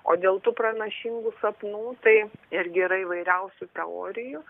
o dėl tų pranašingų sapnų tai irgi yra įvairiausių teorijų